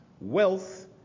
Wealth